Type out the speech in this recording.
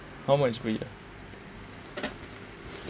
how much per year